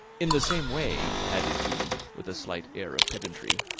in the same way, added he, with a slight air of pedantry,